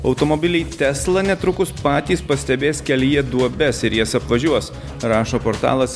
automobiliai tesla netrukus patys pastebės kelyje duobes ir jas apvažiuos rašo portalas